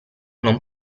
non